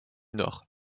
nord